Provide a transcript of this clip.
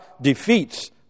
defeats